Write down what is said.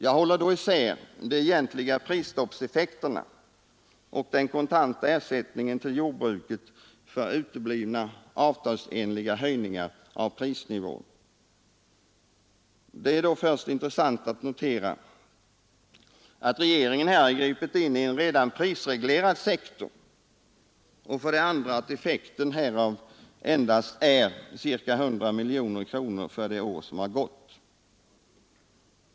Jag håller då isär de egentliga prisstoppseffekterna och den kontanta ersättningen till jordbruket för uteblivna avtalsenliga höjningar av prisnivån. Det är intressant att notera för det första att regeringen har gripit in i en redan prisreglerad sektor och för det andra att effekten härav endast är ca 100 miljoner kronor för det år som gått.